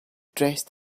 dressed